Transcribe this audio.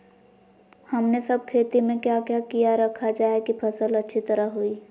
हमने सब खेती में क्या क्या किया रखा जाए की फसल अच्छी तरह होई?